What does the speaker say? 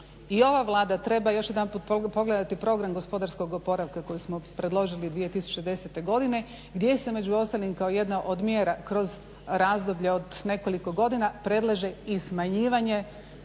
i ova Vlada treba još jedanput pogledati program gospodarskog oporavka koji smo predložili 2010. godine gdje se među ostalim kao jedna od mjera kroz razdoblje od nekoliko godina predlaže i smanjivanje